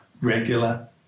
regular